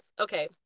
Okay